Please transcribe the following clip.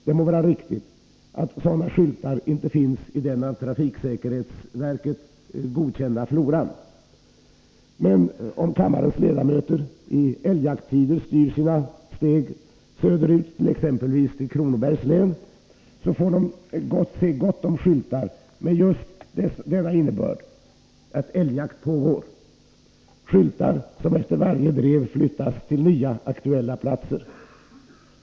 Det må vara riktigt att sådana skyltar inte finns i den av trafiksäkerhetsverket godkända floran, men om kammarens ledamöter i älgjaktstider styr sina steg söderut, exempelvis till Kronobergs län, får de se gott om skyltar med just denna innebörd att älgjakt pågår, skyltar som efter varje drev flyttas till nya, aktuella platser.